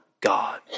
God